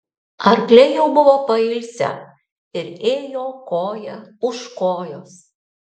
arkliai jau buvo pailsę ir ėjo koja už kojos